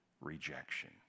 rejection